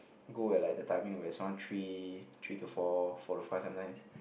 go at like the timing when it's around three three to four four to five sometimes